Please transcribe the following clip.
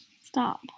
Stop